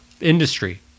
industry